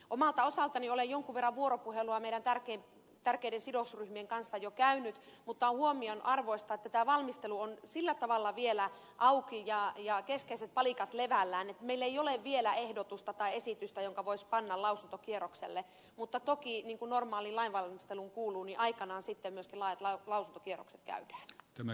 omalta osaltani olen jonkun verran vuoropuhelua meidän tärkeiden sidosryhmiemme kanssa jo käynyt mutta on huomionarvoista että tämä valmistelu on sillä tavalla vielä auki ja keskeiset palikat levällään että meillä ei ole vielä ehdotusta tai esitystä jonka voisi panna lausuntokierrokselle mutta toki niin kuin normaaliin lainvalmisteluun kuuluu aikanaan sitten myöskin laajat lausuntokierrokset käydään